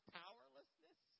powerlessness